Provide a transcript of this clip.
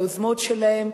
ליוזמות שלהם,